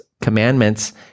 commandments